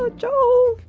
ah joel!